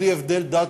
בלי הבדל דת,